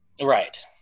Right